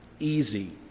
easy